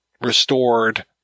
restored